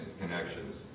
connections